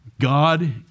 God